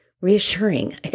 reassuring